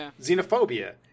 xenophobia